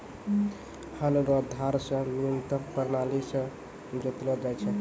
हल रो धार से न्यूतम प्राणाली से जोतलो जाय छै